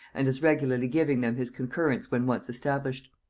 and as regularly giving them his concurrence when once established.